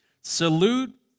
Salute